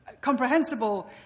comprehensible